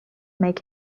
make